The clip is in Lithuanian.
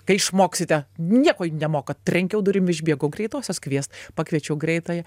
kai išmoksite nieko jūs nemokat trenkiau durim išbėgau greitosios kviest pakviečiau greitąją